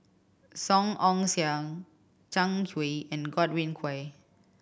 Song Ong Siang Zhang Hui and Godwin Koay